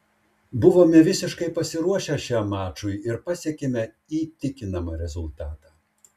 buvome visiškai pasiruošę šiam mačui ir pasiekėme įtikinamą rezultatą